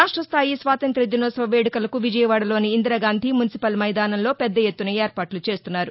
రాష్టస్థాయి స్వాతంత్ర్య దినోత్సవ వేడుకలకు విజయవాడలోని ఇందిరాగాంధీ మున్సిపల్ మైదానంలో పెద్ద ఎత్తున ఏర్పాట్ల చేస్తున్నారు